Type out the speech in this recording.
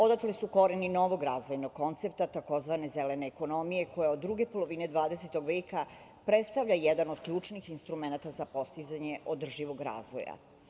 Odatle su koreni novog razvojnog koncepta tzv. zelene ekonomije, koja od druge polovine 20. veka predstavlja jedan od ključnih instrumenata za postizanje održivog razvoja.